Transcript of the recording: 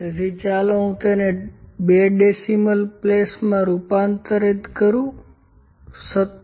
તેથી ચાલો હું તેને 2 ડેસિમલ પ્લેસમાં રૂપાંતરિત કરુ17